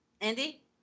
andy